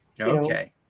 Okay